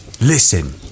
Listen